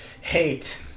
hate